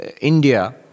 India